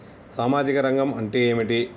సామాజిక రంగం అంటే ఏమిటి?